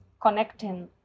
connecting